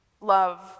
Love